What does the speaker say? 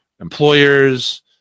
employers